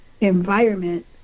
environment